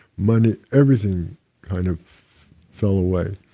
money everything kind of fell away.